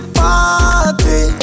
party